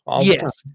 Yes